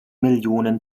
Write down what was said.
millionen